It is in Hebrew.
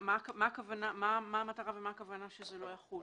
מה המטרה ומה הכוונה שזה לא יחול?